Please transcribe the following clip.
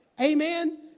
Amen